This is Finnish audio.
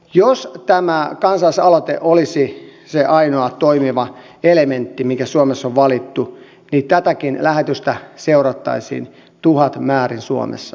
jos kansalaisaloite olisi se ainoa toimiva elementti mikä suomessa on valittu niin tätäkin lähetystä seurattaisiin tuhatmäärin suomessa